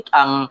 ang